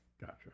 Gotcha